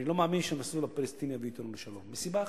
אני לא מאמין שהמסלול הפלסטיני יביא אותנו לשלום מסיבה אחת: